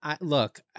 look